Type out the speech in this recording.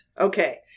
Okay